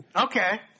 Okay